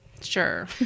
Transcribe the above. sure